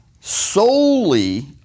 solely